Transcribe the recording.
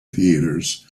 theatres